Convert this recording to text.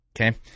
Okay